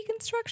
deconstruction